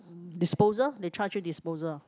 disposal they charge you disposal